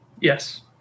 yes